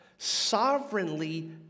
sovereignly